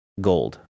gold